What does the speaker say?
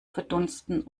verdunsten